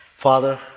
Father